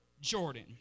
Jordan